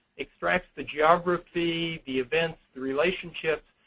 extracts the geography, the events, the relationships,